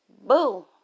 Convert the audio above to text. Boo